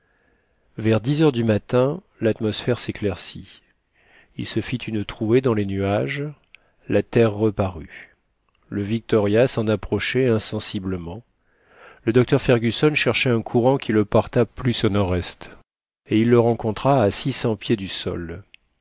vers dix heures latmosphère s'éclaircit il se fit une trouée dans les nuages la terre reparut le victoria s'en approchait insensiblement le docteur fergusson cherchait un courant qui le portât plus au nord est et il le rencontra à six cents pieds du sol